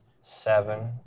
seven